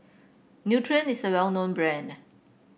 Nutren is a well known brand